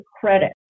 credit